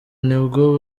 nibwo